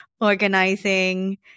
organizing